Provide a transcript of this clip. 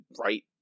right